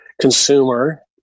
consumer